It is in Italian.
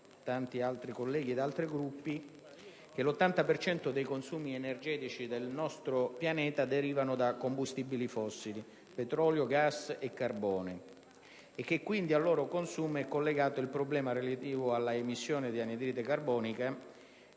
cento dei consumi energetici del pianeta derivano da combustibili fossili (petrolio, gas e carbone) ed al loro consumo è collegato il problema relativo all'emissione di anidride carbonica,